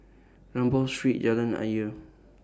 Rambau Street Jalan Ayer